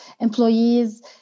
Employees